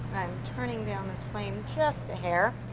i'm turning down this flame just a hair.